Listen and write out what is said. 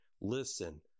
listen